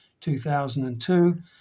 2002